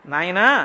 Naina